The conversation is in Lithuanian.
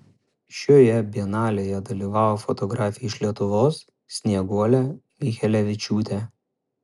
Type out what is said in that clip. šioje bienalėje dalyvavo fotografė iš lietuvos snieguolė michelevičiūtė